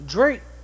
Drake